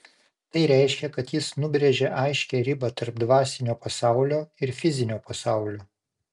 tai reiškia kad jis nubrėžia aiškią ribą tarp dvasinio pasaulio ir fizinio pasaulio